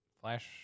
Flash